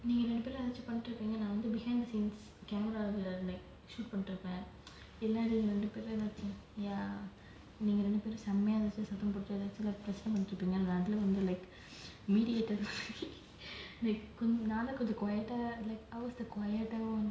நீங்க ரெண்டு பெரும் எதாச்சி பண்ணிட்டு இருப்பீங்க நான் வந்து:neenga rendu perum ethaachi pannittu irupeenga naan vanthu behind the scenes camera shoot பண்ணிட்டு இருப்பேன்:pannittu iruppaen like இல்ல நீங்க ரெண்டு பேரு எதாச்சி சத்தம் இல்ல பிரச்னை பண்ணிட்டு இருப்பீங்க நான் நடுவுல வந்து:illa neenga rendu peru ethachi satham illa pirachanai pannittu irupeenga naan nadula vanthu like mediator மாரி நான் தான் கொஞ்சம்:maari naan thaan konjam quieter like I was the quieter one